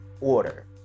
order